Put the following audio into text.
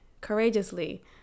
courageously